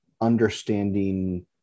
understanding